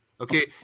Okay